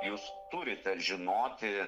jūs turite žinoti